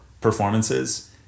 performances